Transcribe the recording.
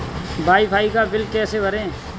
Wi fi का bill कैसे भरें?